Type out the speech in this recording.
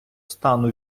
стану